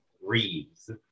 Reeves